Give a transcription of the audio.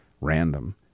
random